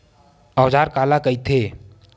औजार काला कइथे?